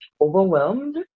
overwhelmed